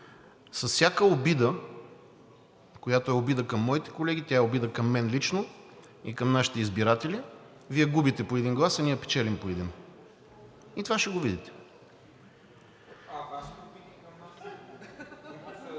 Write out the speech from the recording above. всяка обида, която е обида към моите колеги, е обида към мен лично и към нашите избиратели – Вие губите по един глас, а ние печелим по един. И това ще го видите. (Реплики от народния